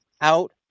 out